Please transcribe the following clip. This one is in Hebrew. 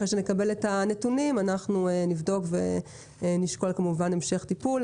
אחרי שנקבל את הנתונים אנחנו נבדוק ונשקול כמובן המשך טיפול.